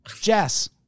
Jess